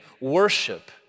worship